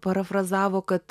parafrazavo kad